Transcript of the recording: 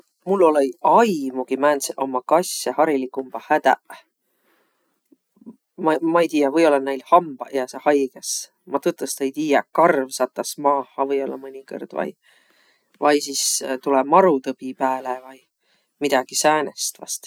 Mul olõ-iq aimugiq, määntseq ommaq kassõ hariligumbaq hädäq. Ma- ma-i tiiäq, või-ollaq näil hambaq jääseq haigõs. Ma tõtõstõ ei tiiäq. Karv satas maaha või-ollaq mõnikõrd vai. Vai sis tulõ marutõbi pääle vai. Midägi säänest vast.